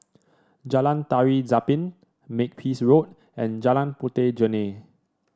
Jalan Tari Zapin Makepeace Road and Jalan Puteh Jerneh